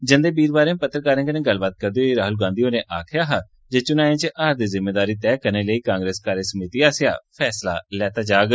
जंदे वीरवारें पत्रकारें कन्नै गल्लबात करदे होई राहुल गांधी होरें आखेआ हा जे चुनाएं च हार दी जिम्मेदारी तैय करने लेई कांग्रेस कार्यसमिति आसेआ फैसले लैते जाड़न